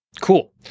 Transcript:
Cool